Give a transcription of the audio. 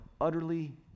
utterly